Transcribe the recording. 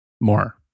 More